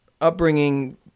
upbringing